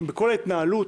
בכל ההתנהלות,